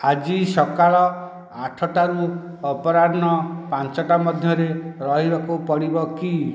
ଆଜି ସକାଳ ଆଠଟାରୁ ଅପରାହ୍ଣ ପାଞ୍ଚଟା ମଧ୍ୟରେ ରହିବାକୁ ପଡ଼ିବ କି